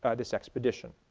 this expedition.